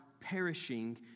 perishing